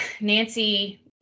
nancy